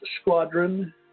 Squadron